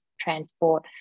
transport